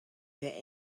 their